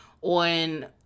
on